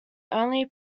only